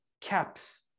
caps